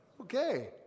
Okay